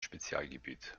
spezialgebiet